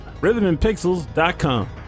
RhythmandPixels.com